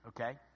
Okay